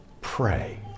Pray